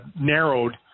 narrowed